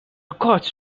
records